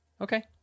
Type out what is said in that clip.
Okay